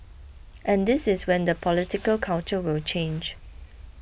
and this is when the political culture will change